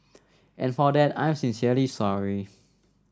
and for that I'm sincerely sorry